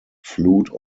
flute